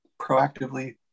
proactively